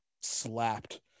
slapped